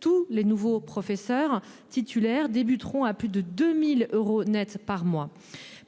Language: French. tous les nouveaux professeurs titulaires débuteront à plus de 2000 euros nets par mois.